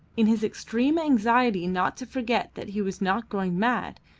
in his extreme anxiety not to forget that he was not going mad,